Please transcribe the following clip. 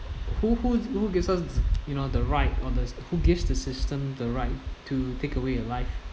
who who who gives us you know the right orders who gives the system the right to take away a life